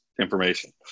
information